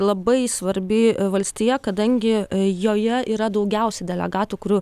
labai svarbi valstija kadangi joje yra daugiausiai delegatų kurių